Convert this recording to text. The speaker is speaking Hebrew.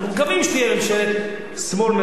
אנחנו מקווים שתהיה ממשלת שמאל-מרכז.